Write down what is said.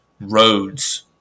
roads